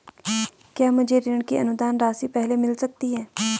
क्या मुझे ऋण की अनुदान राशि पहले मिल सकती है?